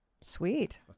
Sweet